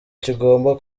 kigomba